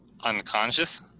unconscious